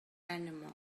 animal